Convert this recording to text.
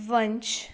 वंश